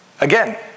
Again